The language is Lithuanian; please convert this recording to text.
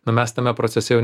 nu mes tame procese jau